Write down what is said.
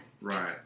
Right